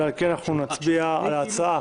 ועל כן אנחנו נצביע על ההצעה.